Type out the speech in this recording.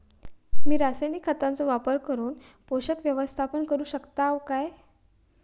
मी रासायनिक खतांचो वापर करून पोषक व्यवस्थापन करू शकताव काय?